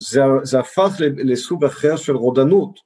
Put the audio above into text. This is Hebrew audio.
זה הפך לסוג אחר של רודנות.